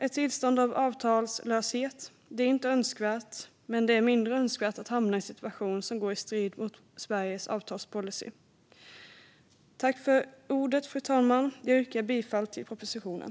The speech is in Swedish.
Ett tillstånd av avtalslöshet är inte önskvärt, men det är mindre önskvärt att hamna i en situation som går i strid mot Sveriges avtalspolicy. Jag yrkar bifall till propositionen.